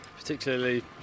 Particularly